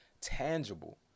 tangible